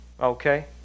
Okay